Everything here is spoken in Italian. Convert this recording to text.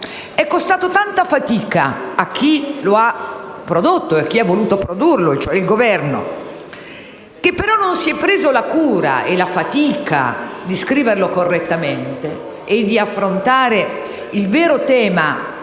È costato tanta fatica a chi ha voluto produrlo, cioè al Governo, che però non si è preso la cura e la fatica di scriverlo correttamente e di affrontare il vero tema che